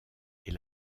est